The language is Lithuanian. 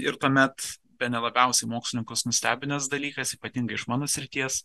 ir tuomet bene labiausiai mokslininkus nustebinęs dalykas ypatingai iš mano srities